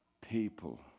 people